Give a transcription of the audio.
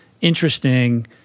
interesting